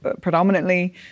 predominantly